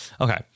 Okay